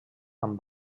amb